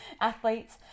athletes